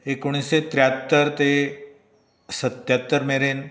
एकोणशें त्र्याहत्तर ते सत्त्यात्तर मेरेन